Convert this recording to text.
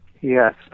Yes